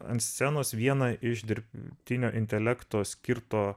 ant scenos vieną iš dirbtinio intelekto skirto